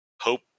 hope